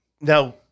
now